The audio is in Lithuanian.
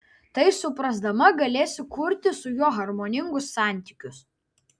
tai suprasdama galėsi kurti su juo harmoningus santykius